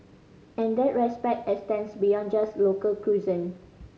and that respect extends beyond just local cuisine